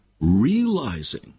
realizing